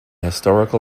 historical